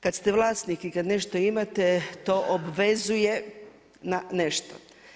Kada ste vlasnik i kada nešto imate, to obvezuje na nešto.